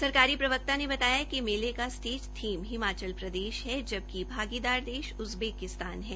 सरकारी प्रवक्ता ने बताया कि मेले का स्टेट थीम हिमाचल प्रदेश है जबकि भागीदारी देश उज्बेक्स्तान है